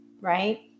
right